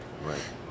Right